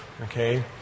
okay